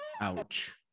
Ouch